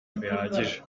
bihagije